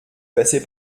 passer